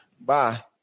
bye